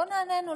לא נענינו,